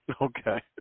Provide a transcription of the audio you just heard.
Okay